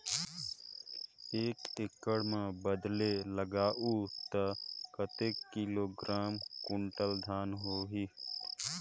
एक एकड़ मां बदले लगाहु ता कतेक किलोग्राम कुंटल धान होही?